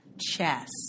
Chess